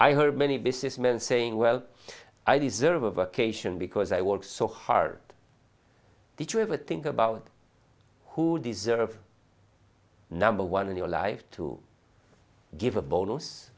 i heard many businessmen saying well i deserve a cation because i work so hard that you have a think about who deserve number one in your life to give a bonus